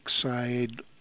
side